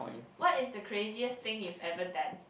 what is the craziest thing you've ever done